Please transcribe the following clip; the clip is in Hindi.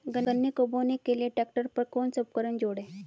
गन्ने को बोने के लिये ट्रैक्टर पर कौन सा उपकरण जोड़ें?